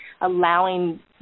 allowing